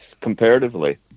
comparatively